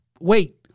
wait